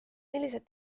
millised